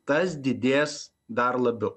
tas didės dar labiau